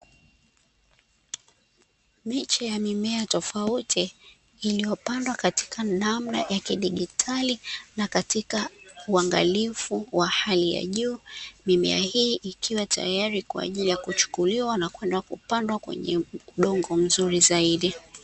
Miche ya mimea tofauti, iliyopandwa katika namna ya kidigitali, na katika uangalifu wa hali ya juu. Mimea hii ikiwa tayari kwa ajili ya kuchukuliwa na kwenda kupandwa kwenye udongo mzuri zaidi.